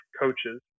coaches